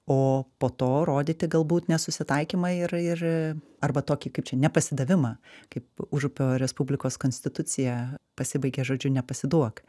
o po to rodyti galbūt nesusitaikymą ir ir arba tokį kaip čia nepasidavimą kaip užupio respublikos konstitucija pasibaigė žodžiu nepasiduok